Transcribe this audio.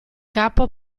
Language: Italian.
capo